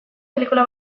pelikula